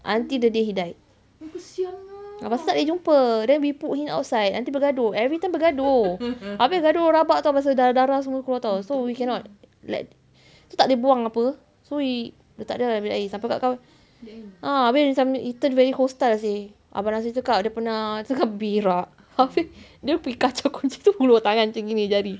until the day he died ha lepas tu tak boleh jumpa then we put him outside nanti bergaduh everytime bergaduh habis gaduh rabak [tau] pasal darah-darah semua keluar [tau] so we cannot let so tak boleh buang apa so we letak dia dalam bilik air sampai tak tahu ha habis dia macam he turned very hostile seh abang razif cakap dia pernah tengah berak habis dia pergi kacau kucing tu hulur tangan macam ni jari